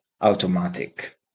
automatic